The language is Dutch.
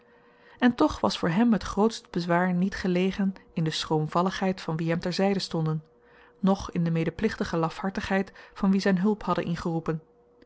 en toch was voor hem t grootst bezwaar niet gelegen in de schroomvalligheid van wie hem ter zyde stonden noch in de medeplichtige lafhartigheid van wie zyn hulp hadden ingeroepen